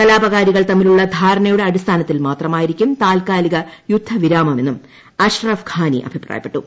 കലാപകാരികൾ തമ്മിലുള്ള ധാരണയുടെ അടിസ്ഥാനത്തിൽ മാത്രമായിരിക്കും താൽക്കാലിക യുദ്ധവിരാമം എന്നും അഷ്റഫ്ഘാനി അഭിപ്രായപ്പെട്ടു